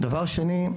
דבר שני,